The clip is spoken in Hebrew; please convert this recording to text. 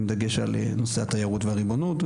עם דגש על נושא התיירות והריבונות.